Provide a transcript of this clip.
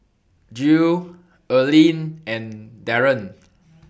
Jill Erlene and Daron